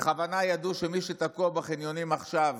בכוונה ידעו שמי שתקוע בחניונים עכשיו